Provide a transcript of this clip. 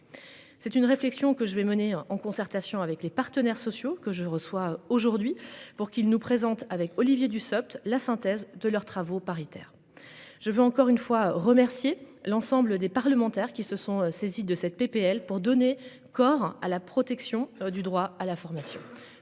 C'est une réflexion que je vais mener en concertation avec les partenaires sociaux que je reçois aujourd'hui pour qu'il nous présente avec Olivier Dussopt la synthèse de leurs travaux paritaire. Je veux encore une fois remercier l'ensemble des parlementaires qui se sont saisis de cette PPL pour donner corps à la protection du droit à la formation.